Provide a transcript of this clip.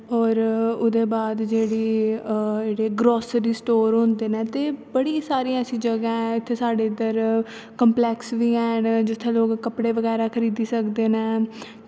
होर ओहदे बाद जेह्ड़ी जेह्ड़े ग्रोसरी स्टोर होंदे न ते बड़ी सारियां ऐसिया चीजां जगह ऐ इत्थे साढ़े इद्धर कम्पलेक्स बी हैन जित्थे लोग कपड़े बगैरा खरीदी सकदे न